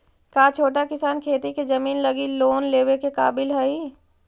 का छोटा किसान खेती के जमीन लगी लोन लेवे के काबिल हई?